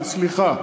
סליחה,